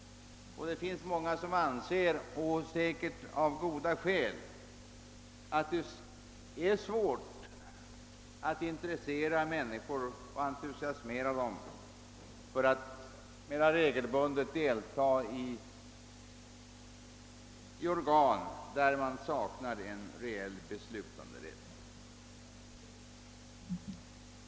Många anser, och säkert på goda grunder, att det är svårt att intressera människor att mera regelbundet delta i organ där det saknas reell bestämmanderätt.